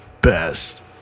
best